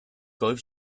golf